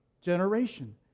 generation